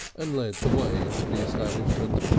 and led the way into the establishment.